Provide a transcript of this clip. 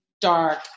dark